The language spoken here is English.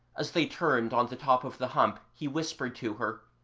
as they turned on the top of the hump he whispered to her,